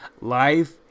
Life